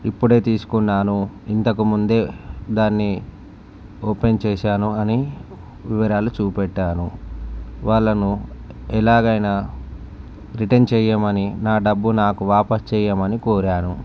ఇప్పుడు తీసుకున్నాను ఇంతకుముందే దాన్ని ఓపెన్ చేశాను అని వివరాలు చూపెట్టాను వాళ్ళను ఎలాగైనా రిటన్ చేయమని నా డబ్బు నాకు వాపస్ చేయమని కోరాను